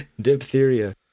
Diphtheria